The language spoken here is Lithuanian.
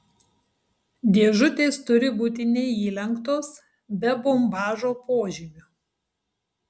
dėžutės turi būti neįlenktos be bombažo požymių